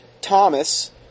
Thomas